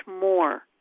more